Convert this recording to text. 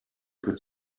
could